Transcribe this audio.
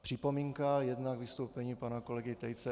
Připomínka jedna k vystoupení pana kolegy Tejce.